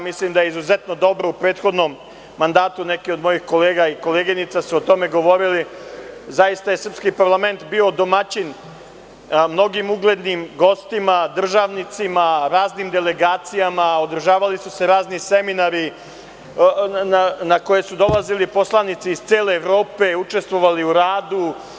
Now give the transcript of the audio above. Mislim da je izuzetno dobro u prethodnom mandatu, neke od mojih kolega i koleginica su o tome govorili, zaista je srpski parlament bio domaćin mnogim uglednim gostima, državnicima, raznim delegacijama, održavali su se razni seminari na koje su dolazili poslanici iz cele Evrope, učestvovali u radu.